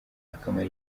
akamara